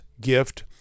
gift